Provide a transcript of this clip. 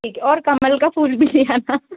ठीक है और कमल का फूल भी ले आना